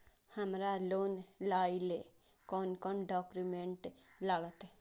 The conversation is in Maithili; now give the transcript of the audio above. हमरा लोन लाइले कोन कोन डॉक्यूमेंट लागत?